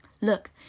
Look